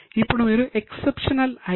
ఇప్పుడు మీరు exceptional item